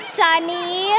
sunny